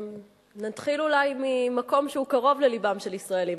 נתחיל אולי ממקום שהוא קרוב ללבם של ישראלים,